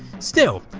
still,